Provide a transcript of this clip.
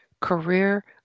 Career